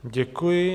Děkuji.